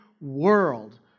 world